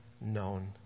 known